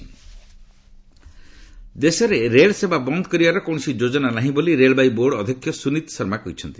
railway board ଦେଶରେ ରେଳସେବା ବନ୍ଦ୍ କରିବାର କୌଣସି ଯୋଜନା ନାହିଁ ବୋଲି ରେଳବାଇ ବୋର୍ଡ଼ ଅଧ୍ୟକ୍ଷ ସୁନୀତ୍ ଶର୍ମା କହିଛନ୍ତି